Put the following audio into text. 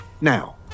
Now